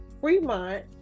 Fremont